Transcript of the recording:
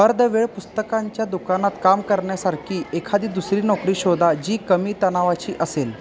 अर्धवेळ पुस्तकांच्या दुकानात काम करण्यासारखी एखादी दुसरी नोकरी शोधा जी कमी तणावाची असेल